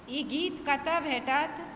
ई गीत कतय भेटत